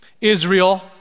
Israel